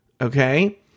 Okay